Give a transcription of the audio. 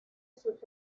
sus